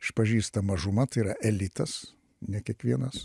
išpažįsta mažuma tai yra elitas ne kiekvienas